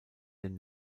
den